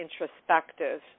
introspective